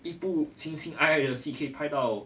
一部情情爱爱的戏可以拍到